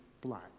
black